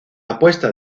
apuesta